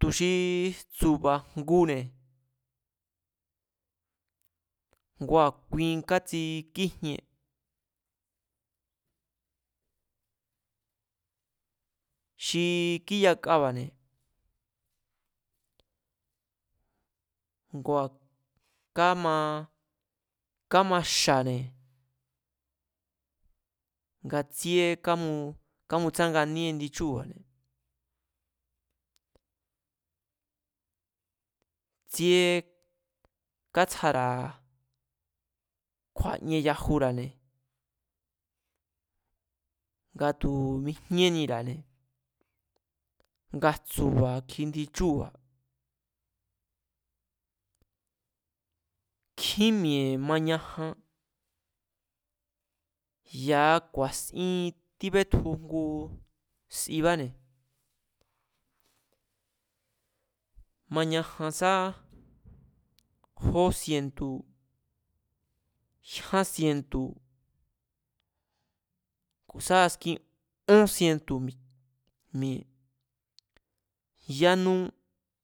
tu̱ xi jtsu̱ba̱ jngune̱ ngua kui kátsikíjien xi kíyakaba̱ne̱ ngua̱ kámaxa̱ba̱ne̱ nga tsíé kámutrsánganí indi chúu̱ba̱ne̱, kátsjara̱ kju̱a̱ien yajura̱ne̱, nga tu̱mijíennira̱ne̱ nga jtsu̱ba̱ kjindi chúu̱ba̱ nkjín mi̱e̱ mañajan ya̱a ku̱a̱in tíbetju ngu sibáne̱, mañajan sá jó sientu̱, jyán sientu̱, ku̱ sá askin ón sientu̱ mi̱e̱ yánú